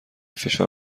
فشار